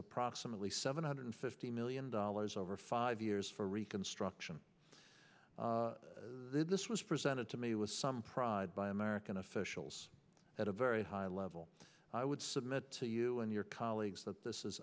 approximately seven hundred fifty million dollars over five years for reconstruction this was presented to me with some pride by american officials at a very high level i would submit to you and your colleagues that this is